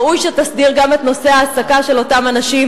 ראוי שתסדיר גם את נושא ההעסקה של אותם אנשים,